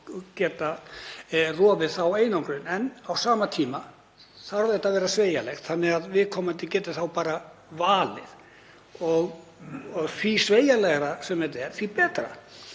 og geta rofið einangrun sína. Á sama tíma þarf starfið að vera sveigjanlegt þannig að viðkomandi geti bara valið og því sveigjanlegra sem það er, því betra.